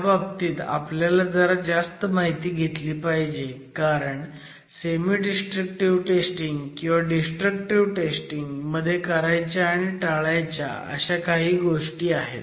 ह्याबाबतीत आपल्याला जरा जास्त माहिती घेतली पाहिजे कारण सेमी डिस्ट्रक्टिव्ह टेस्टिंग किंवा डिस्ट्रक्टिव्ह टेस्टिंग मध्ये करायच्या आणि टाळायच्या काही गोष्टी आहेत